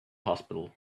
hospital